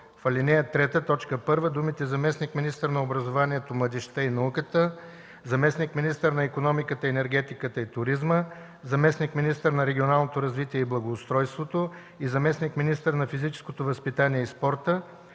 В ал. 3, т. 1 думите „заместник-министър на образованието, младежта и науката”, „заместник-министър на икономиката, енергетиката и туризма”, „заместник-министър на регионалното развитие и благоустройството” и „заместник-министър на физическото възпитание и спорта”